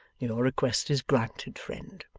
your request is granted, friend